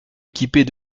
équipés